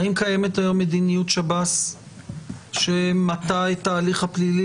האם קיימת היום מדיניות שב"ס שמטה את ההליך הפלילי